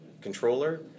controller